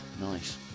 Nice